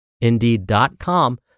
indeed.com